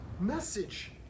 message